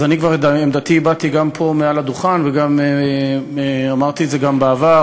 את עמדתי אני כבר הבעתי גם פה מעל הדוכן וגם אמרתי את זה בעבר,